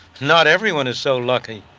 not everyone is so lucky.